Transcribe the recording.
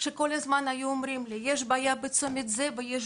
שבהן כל הזמן היו אומרים לי "יש בעיה בצומת הזו ויש